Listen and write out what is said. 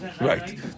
Right